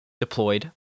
deployed